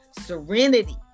serenity